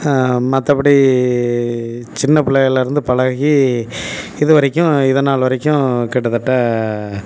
மற்றபடி சின்னப் பிள்ளைகள்லிருந்து பழகி இதுவரைக்கும் இது நாள் வரைக்கும் கிட்டத்தட்ட